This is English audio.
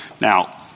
Now